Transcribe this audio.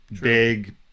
big